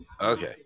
Okay